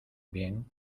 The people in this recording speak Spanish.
bien